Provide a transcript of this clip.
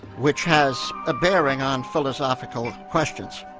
which has a bearing on philosophical questions.